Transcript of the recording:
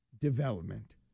development